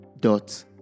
dot